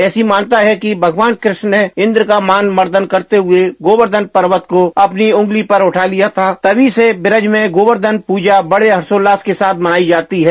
ऐसी मान्यता है कि भगवान कृष्ण न इन्द्र का मान मर्दन करते हुए गोर्व्धन पर्वत को अपनी ऊँगली पर उठा लिया था तभी से ब्रज म गोवर्धन पूजा बड़े हर्षोल्लास के साथ मनाई जाती है